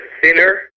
thinner